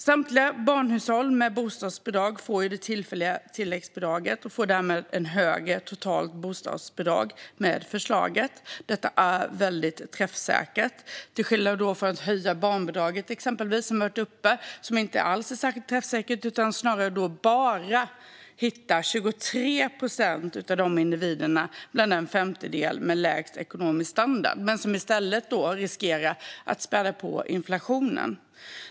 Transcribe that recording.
Samtliga barnhushåll med bostadsbidrag får det tillfälliga tilläggsbidraget och får därmed ett högre totalt bostadsbidrag med förslaget. Det är träffsäkert - till skillnad från att höja barnbidraget, vilket inte alls är särskilt träffsäkert utan bara hittar 23 procent av individerna bland femtedelen med lägst ekonomisk standard. I stället riskerar detta att spä på inflationen.